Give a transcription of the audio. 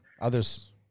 Others